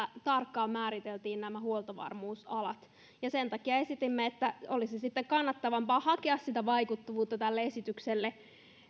tarkkaan määriteltiin nämä huoltovarmuusalat sen takia esitimme että olisi kannattavampaa hakea sitä vaikuttavuutta tälle esitykselle